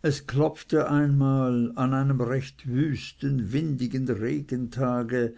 es klopfte einmal an einem recht wüsten windigen regentage